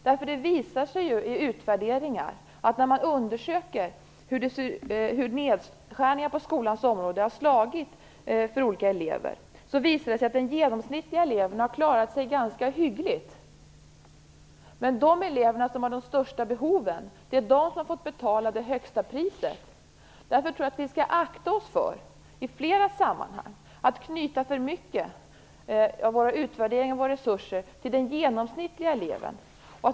Det visar sig vid utvärderingar när man undersöker hur nedskärningar på skolans område har slagit för olika elever att den genomsnittliga eleven har klarat sig ganska hyggligt. Men det är de elever som har de största behoven som har fått betala det högsta priset. Därför tror jag att vi i flera sammanhang skall akta oss för att knyta för mycket av våra utvärderingar och våra resurser till den genomsnittliga eleven.